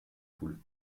foule